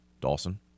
Dawson